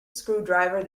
screwdriver